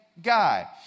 guy